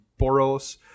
Boros